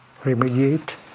remediate